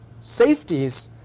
safeties